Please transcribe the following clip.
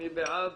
מי בעד?